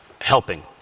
Helping